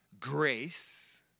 grace